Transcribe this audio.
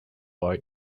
boy